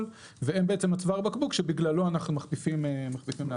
והם בעצם צוואר הבקבוק שבגללו אנחנו מחליפים את האסדרה.